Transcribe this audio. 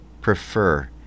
prefer